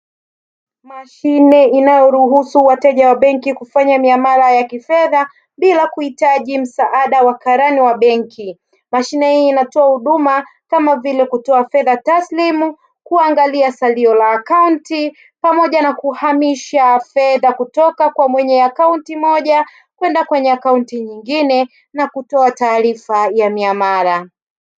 Mashine inaruhusu wateja wa benki kufanya miamala ya kifedha bila kuhitaji msaada wa karani wa benki. Mashine hii inatoa huduma kama vile kutoa fedha taslimu, kuangalia salio la akaunti, pamoja na kuhamisha fedha kutoka kwa mwenye akaunti moja kwenda kwenye akaunti nyingine na kutoa taarifa ya miamala.